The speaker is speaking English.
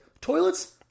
Toilets